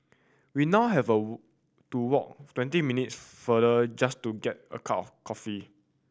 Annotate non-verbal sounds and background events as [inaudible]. we now have a [unintelligible] to walk twenty minutes farther just to get a cup of coffee